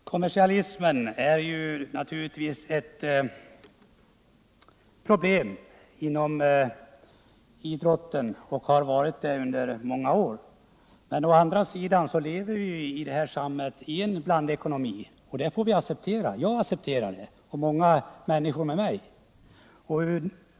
Herr talman! Kommersialismen inom idrotten är naturligtvis ett problem, och det har den varit under många år. Men å andra sidan har vi i detta samhälle en blandekonomi. Det får vi acceptera — i varje fall gör jag det och många människor med mig.